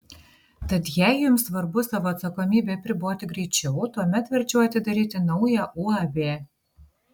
tad jei jums svarbu savo atsakomybę apriboti greičiau tuomet verčiau atidaryti naują uab